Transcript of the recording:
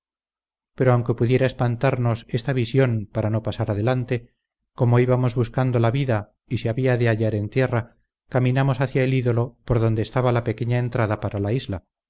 pero aunque pudiera espantarnos esta visión para no pasar adelante como íbamos buscando la vida y se había de hallar en tierra caminamos hacia el ídolo por donde estaba la pequeña entrada para la isla